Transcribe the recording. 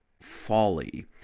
folly